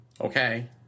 okay